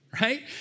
right